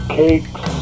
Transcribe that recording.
cakes